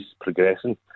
progressing